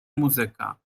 muzyka